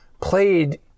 played